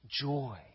joy